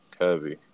Heavy